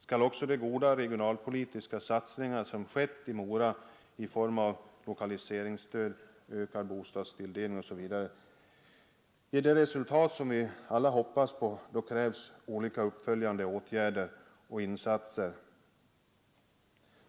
Skall också de goda regionalpolitiska satsningar som har skett i Mora i form av lokaliseringsstöd, ökad bostadstilldelning osv. ge det resultat som vi alla hoppas på, krävs olika uppföljande åtgärder och insatser.